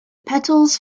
petals